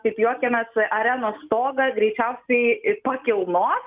kaip juokiamės arenos stogą greičiausiai ir pakilnos